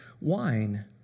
wine